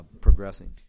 progressing